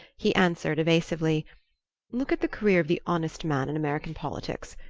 he answered evasively look at the career of the honest man in american politics!